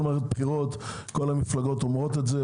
מערכת בחירות כל המפלגות אומרות את זה,